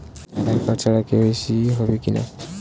আধার card ছাড়া কে.ওয়াই.সি হবে কিনা?